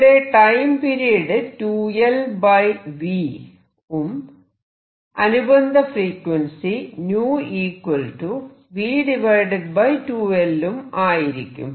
ഇവിടെ time period 2Lv ഉം അനുബന്ധ ഫ്രീക്വൻസി 𝞶 v2L ഉം ആയിരിക്കും